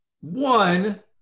One